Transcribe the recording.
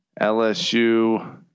LSU